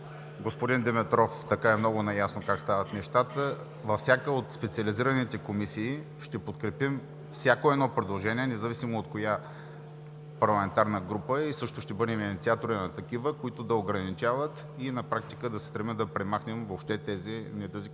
господин Димитров е много наясно как стават нещата, във всяка от специализираните комисии ще подкрепим всяко едно предложение, независимо от коя парламентарна група е, и също ще бъдем инициатори на такива, които да ограничават и на практика да се стремим да премахнем въобще тези недъзи